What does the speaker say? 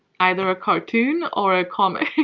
either a cartoon or a comic.